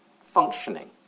functioning